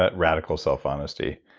ah radical self-honesty.